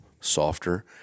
softer